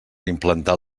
implantar